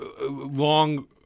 long